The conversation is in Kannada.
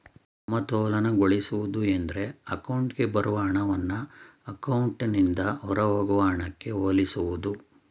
ಸಮತೋಲನಗೊಳಿಸುವುದು ಎಂದ್ರೆ ಅಕೌಂಟ್ಗೆ ಬರುವ ಹಣವನ್ನ ಅಕೌಂಟ್ನಿಂದ ಹೊರಹೋಗುವ ಹಣಕ್ಕೆ ಹೋಲಿಸುವುದು